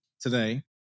today